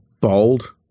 bold